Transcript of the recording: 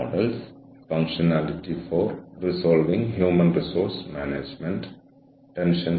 നമ്മൾ സംസാരിക്കുന്നത് ഭാവിയിലേക്കുള്ള ഹ്യൂമൻ റിസോഴ്സ് മാനേജ്മെന്റ്നെക്കുറിച്ചാണ്